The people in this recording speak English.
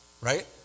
right